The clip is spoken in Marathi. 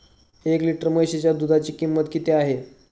एक लिटर म्हशीच्या दुधाची किंमत किती आहे?